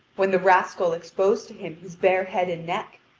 when the rascal exposed to him his bare head and neck,